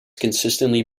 consistently